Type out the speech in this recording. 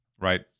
Right